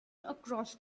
across